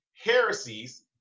heresies